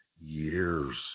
years